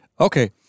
Okay